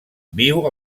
viu